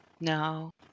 No